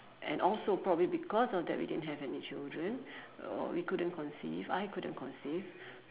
and also probably because of that we didn't have any children uh we couldn't conceive I couldn't conceive